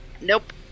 Nope